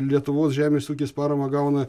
lietuvos žemės ūkis paramą gauna